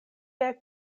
kaj